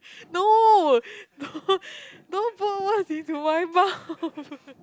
no no don't put words into my mouth